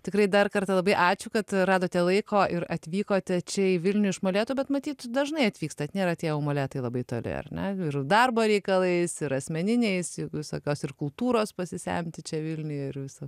tikrai dar kartą labai ačiū kad radote laiko ir atvykote čia į vilnių iš molėtų bet matyt dažnai atvykstat nėra tie jau molėtai labai toli ar ne ir darbo reikalais ir asmeniniais visokios ir kultūros pasisemti čia vilniuj ir visur